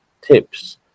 tips